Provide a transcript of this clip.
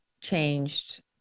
changed